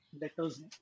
letters